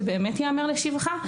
באמת ייאמר לשבחה,